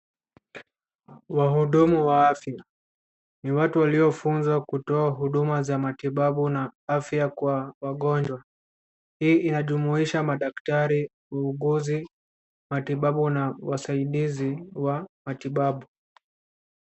Wahudumu wa afya, ni watu waliofunzwa kutoa huduma za matibabu na afya kwa wagonjwa. Hii inajumuisha madaktari, wauguzi, matibabu na wasaidizi wa matibabu.